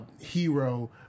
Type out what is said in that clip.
hero